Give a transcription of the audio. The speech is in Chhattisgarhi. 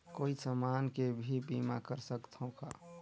कोई समान के भी बीमा कर सकथव का?